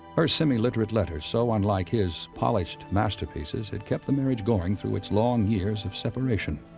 her semi-literate letters, so unlike his polished masterpieces, had kept the marriage going through its long years of separation.